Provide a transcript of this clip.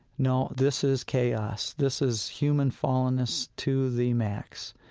no, this is chaos, this is human fallenness to the max,